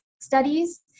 studies